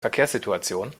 verkehrssituation